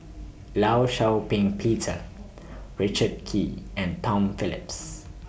law Shau Ping Peter Richard Kee and Tom Phillips